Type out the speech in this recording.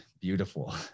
beautiful